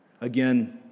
Again